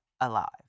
alive